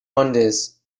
mondays